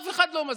אף אחד לא מזכיר.